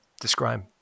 describe